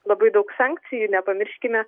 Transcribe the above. labai daug sankcijų nepamirškime